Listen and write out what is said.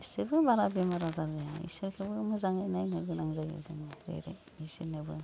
इसोरबो बारा बेमार आजार जाया इसोरखोबो मोजाङै नायनो गोनां जायो जोङो जेरै इसोरनोबो